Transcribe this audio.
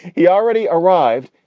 he already arrived.